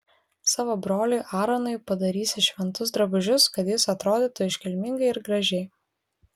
savo broliui aaronui padarysi šventus drabužius kad jis atrodytų iškilmingai ir gražiai